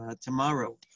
Tomorrow